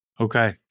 Okay